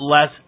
less